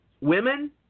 women